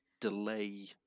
delay